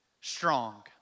strong